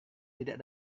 tidak